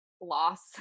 loss